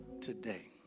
today